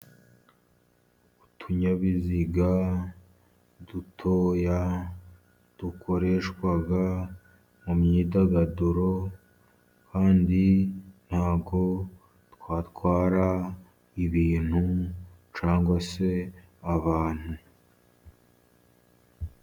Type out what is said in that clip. Utunyabiziga dutoya, dukoreshwa mu myidagaduro, kandi ntabwo twatwara ibintu cyangwa se abantu.